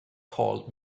called